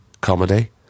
comedy